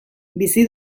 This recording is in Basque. bizi